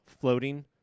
floating